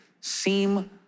seem